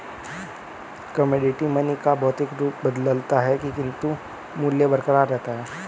commodity money का भौतिक रूप बदलता है किंतु मूल्य बरकरार रहता है